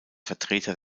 vertreter